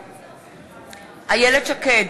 בעד איילת שקד,